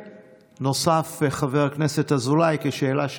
ונוסף חבר הכנסת אזולאי, כשאלה שלישית.